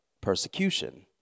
persecution